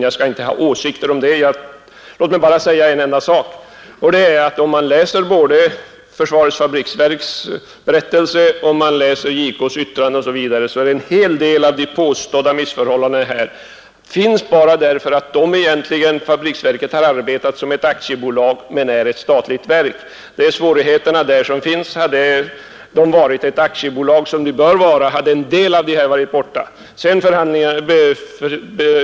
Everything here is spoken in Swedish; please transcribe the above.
Jag skall inte ha åsikter om det. Låt mig bara säga en enda sak. Om man läser både fabriksverkens berättelse och JK:s yttrande, så står det klart att en hel del av de påstådda missförhållandena uppkommit bara därför att fabriksverken har arbetat som ett aktiebolag men är ett statligt verk. Hade fabriksverken varit ett aktiebolag, som det bör vara, hade en del av svårigheterna inte förelegat.